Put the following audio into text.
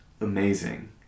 amazing